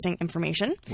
information